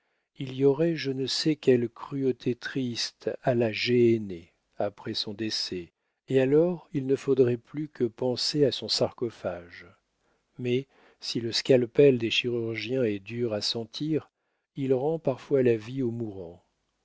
il y aurait je ne sais quelle cruauté triste à la gehenner après son décès et alors il ne faudrait plus que penser à son sarcophage mais si le scalpel des chirurgiens est dur à sentir il rend parfois la vie aux mourants